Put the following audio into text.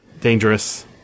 Dangerous